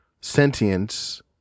sentience